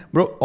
Bro